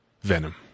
Venom